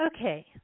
okay